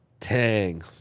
Tang